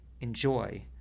enjoy